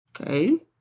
Okay